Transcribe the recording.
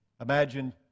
Imagine